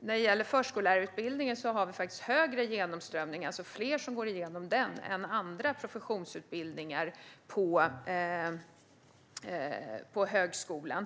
I förskollärarutbildningen har vi högre genomströmning än i andra professionsutbildningar på högskolan.